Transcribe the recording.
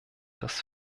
das